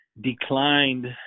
declined